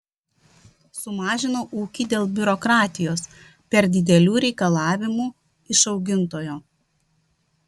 sumažinau ūkį dėl biurokratijos per didelių reikalavimų iš augintojo